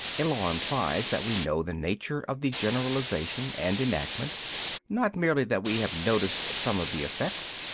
a law implies that we know the nature of the generalisation and enactment not merely that we have noticed some of the effects.